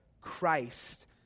Christ